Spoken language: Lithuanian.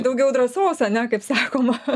daugiau drąsos ane kaip sakoma